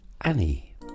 Annie